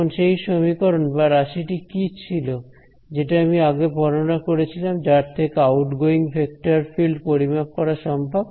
এখন সেই সমীকরণ বা রাশিটি কি ছিল যেটা আমি আগে বর্ণনা করেছিলাম যার থেকে আউটগোয়িং ভেক্টর ফিল্ড পরিমাপ করা সম্ভব